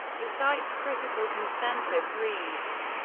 the site's critical consensus reads,